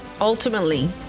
Ultimately